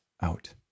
out